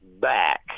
back